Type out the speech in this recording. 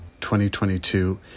2022